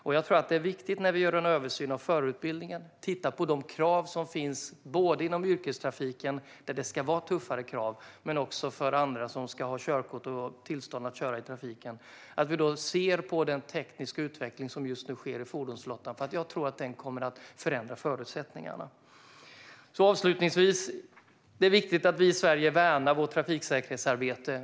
När vi gör en översyn av förarutbildningen tror jag att det är viktigt att vi tittar på de krav som finns både inom yrkestrafiken, där det ska vara tuffare krav, och för andra som ska ha körkort och tillstånd att köra i trafiken. Vi ska då se på den tekniska utveckling som just nu sker i fordonsflottan, för jag tror att den kommer att förändra förutsättningarna. Avslutningsvis: Det är viktigt att vi i Sverige värnar vårt trafiksäkerhetsarbete.